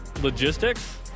Logistics